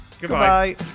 Goodbye